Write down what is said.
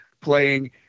playing